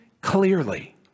clearly